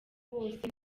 bose